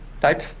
type